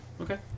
Okay